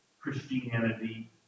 Christianity